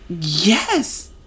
Yes